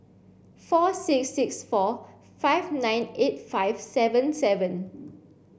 four six six four five nine eight five seven seven